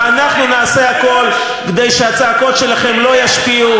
ואנחנו נעשה הכול כדי שהצעקות שלכם לא ישפיעו,